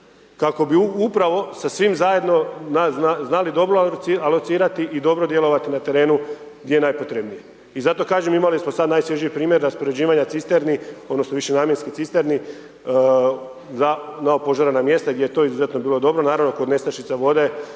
kako bi upravo sa svim zajedno znali dobro alocirati i dobro djelovati na terenu gdje je najpotrebnije. I zato kažem imali smo sada najsvježiji primjer raspoređivanja cisterni, odnosno višenamjenskih cisterni za nova opožarena mjesta gdje je to izuzetno bilo dobro. Naravno kod nestašice vode